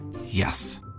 Yes